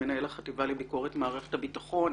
מנהל החטיבה לביקורת במשרד הביטחון.